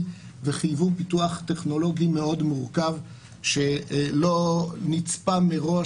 וחייבו פיתוח טכנולוגי מאוד מורכב שלא נצפה מראש,